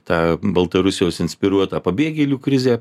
tą baltarusijos inspiruotą pabėgėlių krizę